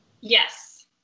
Yes